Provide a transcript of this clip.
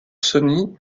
sony